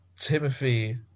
Timothy